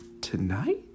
tonight